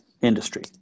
industry